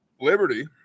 Liberty